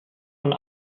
und